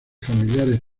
familiares